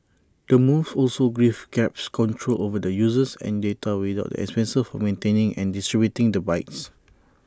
the move also gives grab's control over the users and data without expenses of maintaining and distributing the bikes